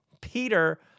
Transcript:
Peter